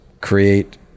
create